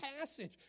passage